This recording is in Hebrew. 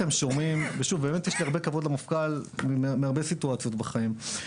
יש לי הרבה כבוד למפכ"ל מהרבה סיטואציות בחיים,